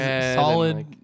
solid